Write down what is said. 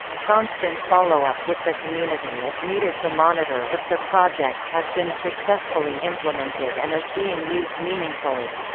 constant follow-up with the community is needed to monitor if the project has been successfully implemented and is being used meaningfully.